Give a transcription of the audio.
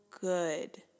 good